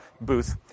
booth